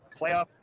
playoff